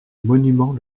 monument